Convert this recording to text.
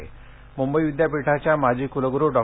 मंंबई विदयापीठाच्या माजी कुलग्रू डॉ